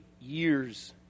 years